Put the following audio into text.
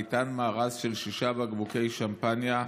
ניתן מארז של שישה בקבוקי שמפניה,